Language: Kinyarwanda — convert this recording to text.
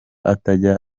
atajya